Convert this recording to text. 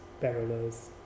parallels